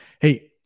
hey